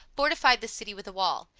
fortified the city with a wall.